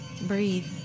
breathe